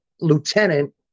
lieutenant